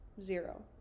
Zero